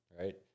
right